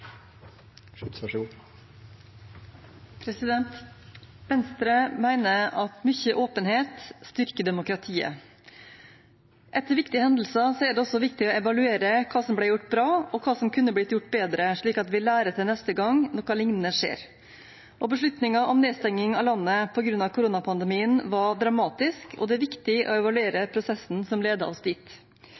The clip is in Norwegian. viktige hendelser er det også viktig å evaluere hva som ble gjort bra, og hva som kunne blitt gjort bedre, slik at vi lærer til neste gang noe liknende skjer. Beslutningen om nedstenging av landet på grunn av koronapandemien var dramatisk, og det er viktig å evaluere prosessen som ledet oss dit.